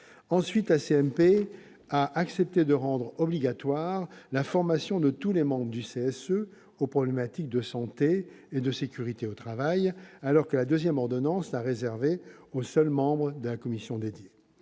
paritaire a accepté de rendre obligatoire la formation de tous les membres du CSE aux problématiques de santé et de sécurité au travail, alors que la deuxième ordonnance la réservait aux seuls membres de la commission dédiée.